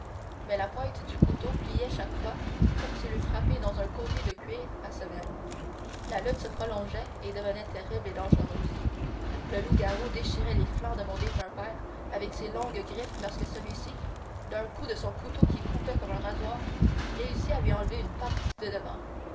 mais la pointe du couteau pliait chaque fois comme s'il eut frappé dans un côté de cuir à semelle la lutte se prolongeait et devenait terrible et dangereuse le loup-garou déchirait les flancs de mon défunt père avec ses longues griffes lorsque celui-ci d'un coup de son couteau qui coupait comme un rasoir réussit à lui enlever une patte de devant